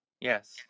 Yes